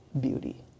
beauty